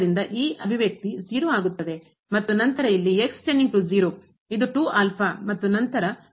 ಆದ್ದರಿಂದ ಈ ಅಭಿವ್ಯಕ್ತಿ ಆಗುತ್ತದೆ ಮತ್ತು ನಂತರ ಇಲ್ಲಿ ಇದು ಮತ್ತು ನಂತರ